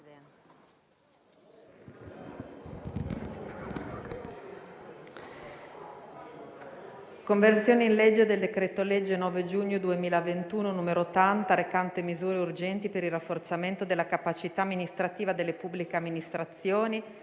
Conversione in legge del decreto-legge 9 giugno 2021, n. 80, recante misure urgenti per il rafforzamento della capacità amministrativa delle pubbliche amministrazioni